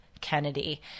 Kennedy